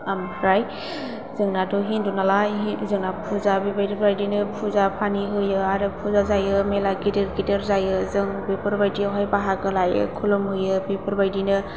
ओमफ्राय जोंनाथ' हिन्दु नालाय जोंना फुजा बेबादिनो फुजा फानि होयो आरो फुजा जायो मेला गिदिर गिदिर जायो जों बेफोर बादियावहाय बाहागो लायो खुलुमहैयो बेफोरबायदिनो